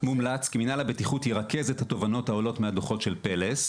מומלץ כי מינהל הבטיחות ירכז את התובנות העולות מהדוחות של פלס,